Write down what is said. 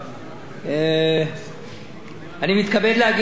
אני מתכבד להגיש לכנסת את